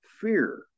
fear